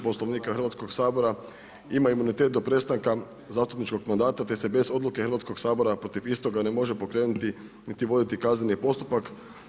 Poslovnika Hrvatskoga sabora ima imunitet do prestanka zastupničkog mandata te se bez odluke Hrvatskoga sabora protiv istoga ne može pokrenuti niti voditi kazneni postupak.